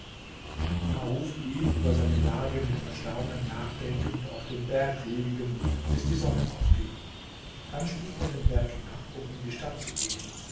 maruf blieb über seine lage mit erstaunen nachdenkend auf dem berg liegen bis die sonne aufging dann stieg er den berg hinab um in die stadt zu gehen